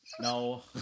no